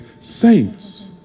saints